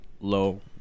low